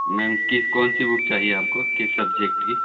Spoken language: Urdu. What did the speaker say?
میم کس کون سی بک چاہیے آپ کو کس سبجیکٹ کی